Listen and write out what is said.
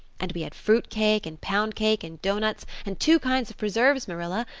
and we had fruit cake and pound cake and doughnuts and two kinds of preserves, marilla.